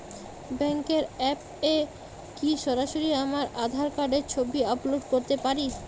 ব্যাংকের অ্যাপ এ কি সরাসরি আমার আঁধার কার্ডের ছবি আপলোড করতে পারি?